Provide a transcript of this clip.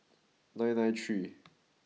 nine nine three